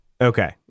Okay